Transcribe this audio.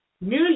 new